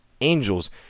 Angels